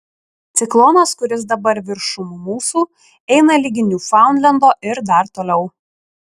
ciklonas kuris dabar viršum mūsų eina ligi niūfaundlendo ir dar toliau